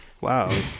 Wow